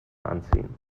anziehen